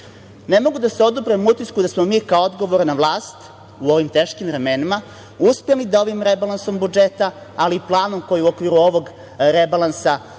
mogu da se oduprem utisku da smo mi kao odgovorna vlast u ovim teškim vremenima uspeli da ovim rebalansom budžeta, ali i planom koji je u okviru ovog rebalansa